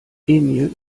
emil